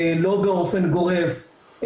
לא באופן גורף,